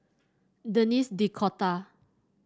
Denis D'Cotta